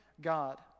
God